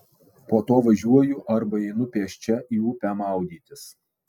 po to važiuoju arba einu pėsčia į upę maudytis